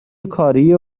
کاریه